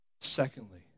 Secondly